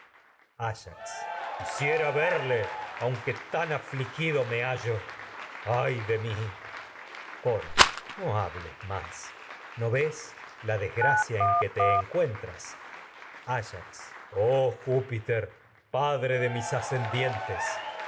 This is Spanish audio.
quisiera verle tan afligido me h ay de mí coro te no hables más no ves la desgracia en que encuentras áyax ayax oh júpiter a ese padre de mis ascendientes